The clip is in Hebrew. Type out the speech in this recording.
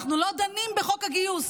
אנחנו לא דנים בחוק הגיוס,